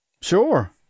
Sure